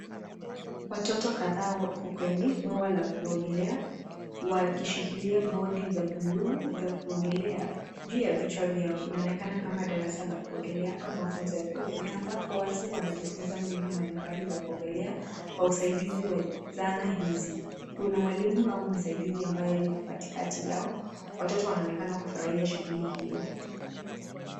Watoto kadhaa wako kwenye bwawa la kuogelea, wakishikilia bodi za bluu za kuogelea, juu ya vichwa vyao, inaonekana kama darasa la kuogelea au mafunzo ya kuogelea ambapo watu wanajifunza mbinu mbalimbali za kuogelea kwa usaidizi wa zana hizi. Kuna mwalimu au msaidizi ambaye yuko katikati yao, watoto wanaonekana kufurahia shughuli hiyo.